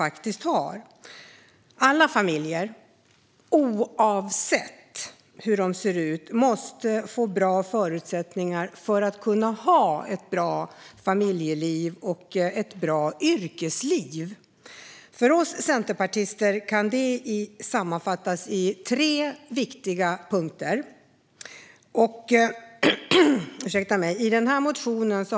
Alla familjer, oavsett hur de ser ut, måste få bra förutsättningar för ett bra familjeliv och ett bra yrkesliv. För oss centerpartister kan det sammanfattas i tre viktiga punkter, som vi har utvecklat i våra motioner.